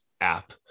app